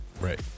Right